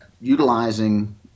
utilizing